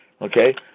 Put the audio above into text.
okay